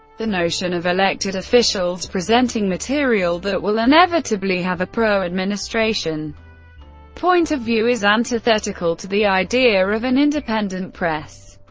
the notion of elected officials presenting material that will inevitably have a pro-administration point of view is antithetical to the idea of an independent press.